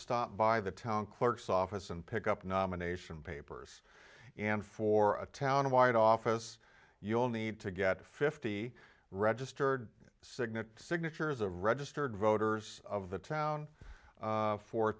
stop by the town clerk's office and pick up nomination papers and for a town wide office you'll need to get fifty registered signet signatures of registered voters of the town